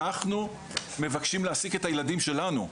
אנחנו מבקשים להעסיק את הילדים שלנו.